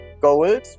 goals